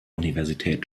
universität